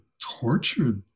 torture